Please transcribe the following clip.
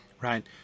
right